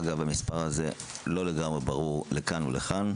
אגב, המספר הזה לא לגמרי ברור לכאן או לכאן.